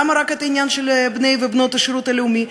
למה רק את העניין של בני ובנות השירות הלאומי,